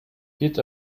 wird